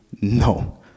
no